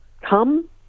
Come